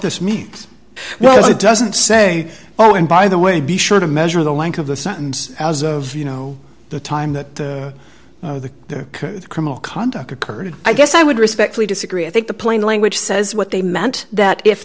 this means well it doesn't say oh and by the way be sure to measure the length of the sentence you know the time that their criminal conduct occurred i guess i would respectfully disagree i think the plain language says what they meant that if